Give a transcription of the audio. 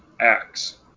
acts